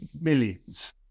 millions